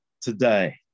today